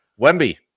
Wemby